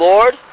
Lord